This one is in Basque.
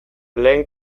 lehen